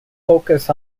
focus